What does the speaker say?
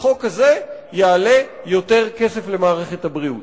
החוק הזה יעלה יותר כסף למערכת הבריאות.